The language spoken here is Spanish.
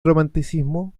romanticismo